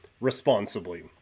responsibly